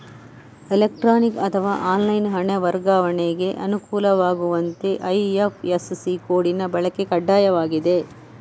electronic ಅಥವಾ online ಹಣ ವರ್ಗಾವಣೆಗೆ ಅನುಕೂಲವಾಗುವಂತೆ ಐ.ಎಫ್.ಎಸ್.ಸಿ ಕೋಡಿನ ಬಳಕೆ ಕಡ್ಡಾಯವಾಗಿದೆ